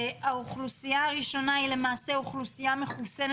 האוכלוסייה הראשונה היא אוכלוסייה מחוסנת